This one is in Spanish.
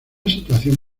situación